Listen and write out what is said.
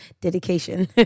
dedication